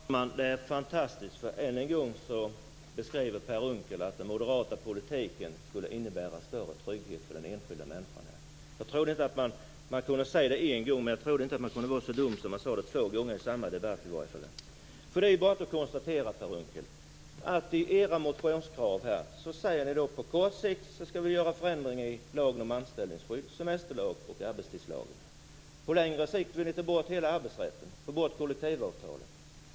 Herr talman! Det är fantastiskt. Än en gång säger Per Unckel att den moderata politiken innebär större trygghet för den enskilda människan. Man kan säga det en gång, men jag trodde inte att man kunde vara så dum att man sade det två gånger i samma debatt. Det är bara att konstatera, Per Unckel, att i era motionskrav säger ni att ni på kort sikt skall göra förändringar i lagen om anställningsskydd, semesterlagen och arbetstidslagen. På längre sikt vill ni ta bort hela arbetsrätten, ta bort kollektivavtalen.